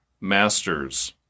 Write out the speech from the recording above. masters